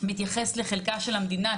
מתייחס לחלקה של המדינה,